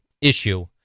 issue